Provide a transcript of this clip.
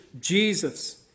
Jesus